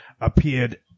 appeared